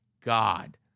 God